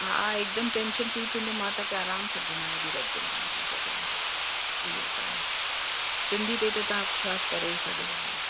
हा हिकदमि tension free थींदो मां तव्हांखे आराम सां घुमाए बि रखदोमाव ॿी जॻहनि ते कोई हो कोन्हे सिंधी ते तव्हां विश्वासु करे ई सघंदा आहियो